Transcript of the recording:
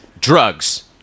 Drugs